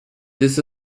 this